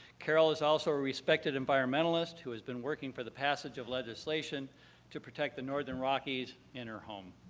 carole is also a respected environmentalist who has been working for the passage of legislation to protect the northern rockies in her home.